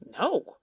No